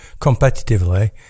competitively